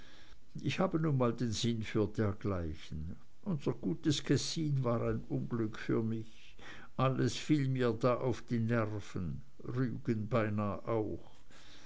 ich habe nun mal den sinn für dergleichen unser gutes kessin war ein unglück für mich alles fiel mir da auf die nerven rügen beinah auch